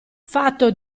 fatto